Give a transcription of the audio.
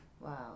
Wow